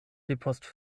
depost